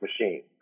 machine